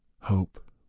hope